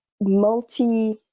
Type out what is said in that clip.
multi